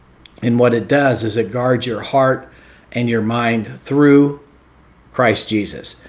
and what it does is it guards your heart and your mind through christ jesus.